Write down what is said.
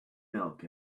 milk